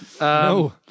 No